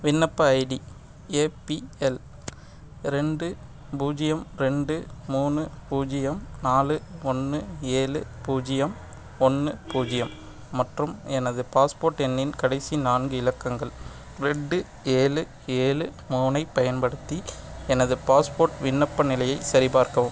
விண்ணப்ப ID A P L ரெண்டு பூஜ்ஜியம் ரெண்டு மூணு பூஜ்ஜியம் நாலு ஒன்று ஏழு பூஜ்ஜியம் ஒன்று பூஜ்ஜியம் மற்றும் எனது பாஸ்போர்ட் எண்ணின் கடைசி நான்கு இலக்கங்கள் ரெண்டு ஏழு ஏழு மூணை பயன்படுத்தி எனது பாஸ்போர்ட் விண்ணப்ப நிலையை சரிபார்க்கவும்